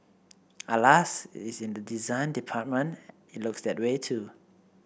alas in the design department it looks that way too